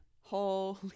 holy